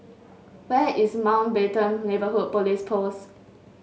where is Mountbatten Neighbourhood Police Post